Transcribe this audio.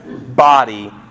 body